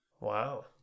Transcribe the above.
Wow